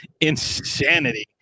insanity